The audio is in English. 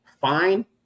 fine